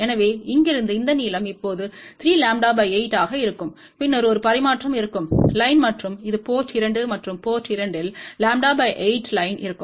எனவே இங்கிருந்து இந்த நீளம் இப்போது 3 λ 8 ஆக இருக்கும் பின்னர் ஒரு பரிமாற்றம் இருக்கும் லைன் மற்றும் இது போர்ட் 2 மற்றும் போர்ட் 2 இல் λ 8 லைன் இருக்கும்